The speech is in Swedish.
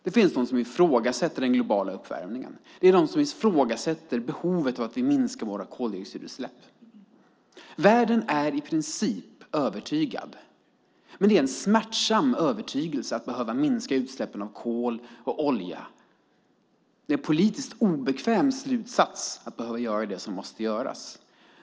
Det finns de som ifrågasätter den globala uppvärmningen, som ifrågasätter behovet av att minska våra koldioxidutsläpp. Världen är i princip övertygad, men det är en smärtsam övertygelse att inse att utsläppen av kol och olja behöver minska. Det är en politiskt obekväm slutsats att behöva göra det som måste göras.